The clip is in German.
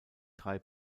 drei